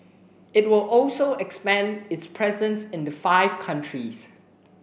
it will also expand its presence in the five countries